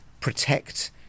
protect